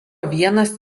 vienas